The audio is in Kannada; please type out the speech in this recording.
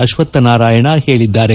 ಅಶ್ವತ್ಸನಾರಾಯಣ ಹೇಳಿದ್ದಾರೆ